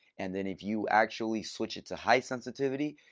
and then if you actually switch it to high sensitivity,